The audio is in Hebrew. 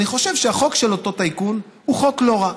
אני חושב שהחוק של אותו טייקון הוא חוק לא רע.